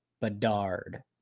Bedard